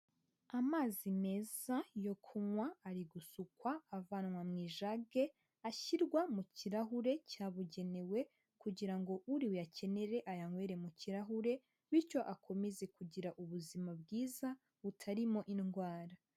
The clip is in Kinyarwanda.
Amazi meza yo kunywa ari gusukwa avanwa mu ijage ashyirwa mu kirahure cyabugenewe kugira ngo uri buyakenere ayanywere mu kirahure, bityo akomeze kugira ubuzima bwiza butarimo indwara.